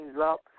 up